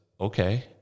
okay